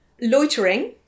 Loitering